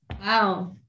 Wow